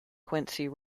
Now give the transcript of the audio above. quincy